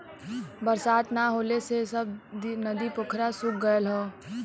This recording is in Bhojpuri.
बरसात ना होले से सब नदी पोखरा सूख गयल हौ